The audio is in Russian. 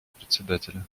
председателя